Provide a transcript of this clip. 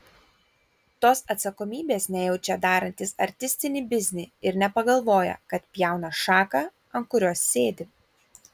tos atsakomybės nejaučia darantys artistinį biznį ir nepagalvoja kad pjauna šaką ant kurios sėdi